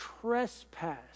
trespass